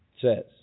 says